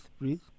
breathe